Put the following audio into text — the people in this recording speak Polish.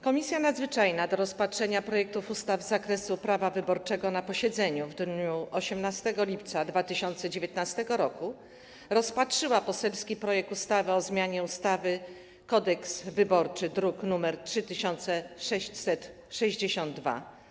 Komisja Nadzwyczajna do rozpatrzenia projektów ustaw z zakresu prawa wyborczego na posiedzeniu w dniu 18 lipca 2019 r. rozpatrzyła poselski projekt ustawy o zmianie ustawy Kodeks wyborczy, druk nr 3662.